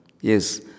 Yes